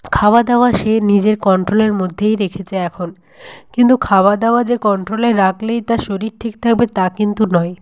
খাওয়াদাওয়া সে নিজের কন্ট্রোলের মধ্যেই রেখেছে এখন কিন্তু খাওয়াদাওয়া যে কন্ট্রোলে রাখলেই তার শরীর ঠিক থাকবে তা কিন্তু নয়